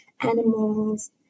animals